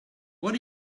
what